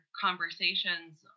conversations